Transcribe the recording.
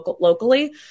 locally